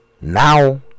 Now